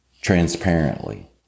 transparently